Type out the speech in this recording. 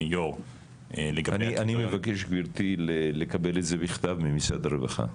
אני מבקש גברתי לקבל את זה בכתב ממשרד הרווחה.